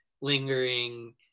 lingering